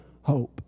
hope